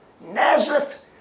Nazareth